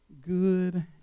good